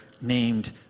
named